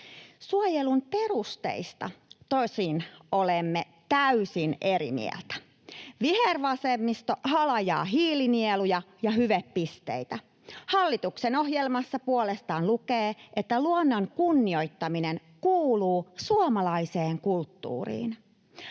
Suojelun perusteista tosin olemme täysin eri mieltä. Vihervasemmisto halajaa hiilinieluja ja hyvepisteitä. Hallituksen ohjelmassa puolestaan lukee, että luonnon kunnioittaminen kuuluu suomalaiseen kulttuuriin.